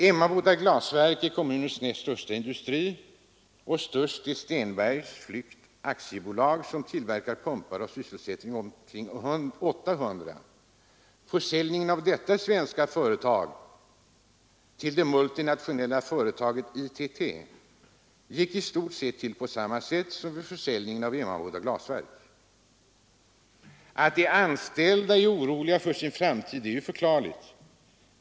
Emmaboda glasverk är kommunens näst största industri. Störst är Stenberg-Flygt AB, som tillverkar pumpar och sysselsätter omkring 800 personer. Försäljningen av detta svenska företag till det multinationella företaget ITT gick i stort sett till på samma sätt som försäljningen av Emmaboda glasverk. Att de anställda är oroliga för sin framtid är ju förklarligt.